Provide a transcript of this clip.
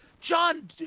John